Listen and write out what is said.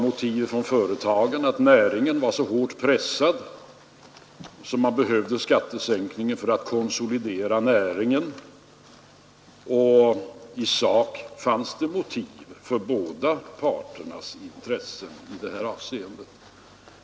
Motivet för företagen var att näringen var så hårt pressad att den behövde skattesänkningen för att konsolidera sig. I sak fanns det motiv för båda parternas intressen i detta avseende.